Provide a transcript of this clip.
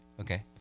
Okay